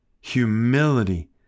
humility